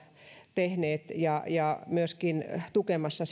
tehneet ja jota olemme myöskin tukemassa